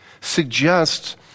suggests